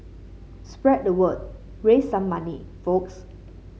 spread the word raise some money folks